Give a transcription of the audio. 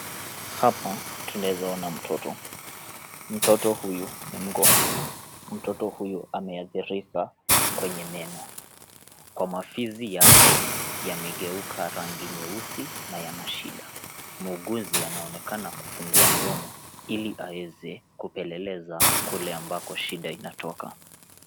Hapa tunaweza ona mtoto. Mtoto huyu ni mgonjwa. Mtoto huyu ameadhirikwa kwenye meno. Kwa mafizi yake yamegeuka rangi nyeusi na yana shida. Muuguzi anaonekana kufungua mdomo ili aeze kupeleleza kule ambako shida inatoka.